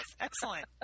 Excellent